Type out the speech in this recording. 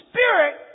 Spirit